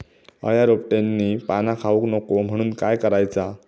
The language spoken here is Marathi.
अळ्या रोपट्यांची पाना खाऊक नको म्हणून काय करायचा?